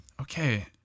Okay